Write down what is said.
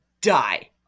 die